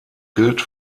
gilt